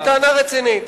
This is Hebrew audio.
היא טענה רצינית,